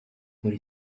muri